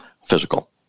Physical